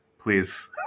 please